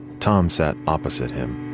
tom sat opposite him,